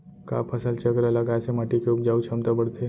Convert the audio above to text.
का फसल चक्र लगाय से माटी के उपजाऊ क्षमता बढ़थे?